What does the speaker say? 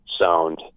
sound